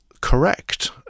correct